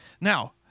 Now